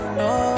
no